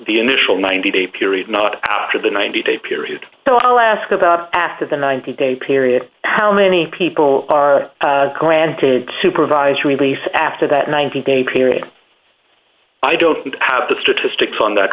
the initial ninety day period not after the ninety day period so i'll ask about after the ninety day period how many people are granted to provide relief after that ninety day period i don't have the statistics on that